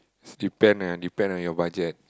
depend ah depend on your budget